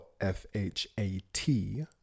F-H-A-T